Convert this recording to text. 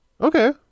Okay